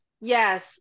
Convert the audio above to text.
Yes